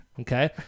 Okay